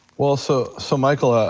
well, so so michael, ah